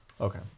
Okay